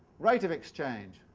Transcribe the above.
rate of exchange,